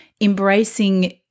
embracing